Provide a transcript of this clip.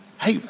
hey